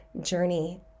journey